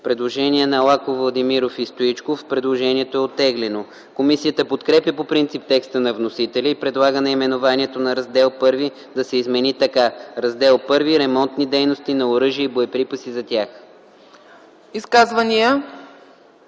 Предложение на Лаков, Владимиров и Стоичков. Предложението е оттеглено. Комисията подкрепя по принцип текста на вносителя и предлага наименованието на Раздел І да се измени така: „Ремонтни дейности на оръжия и боеприпаси за тях.”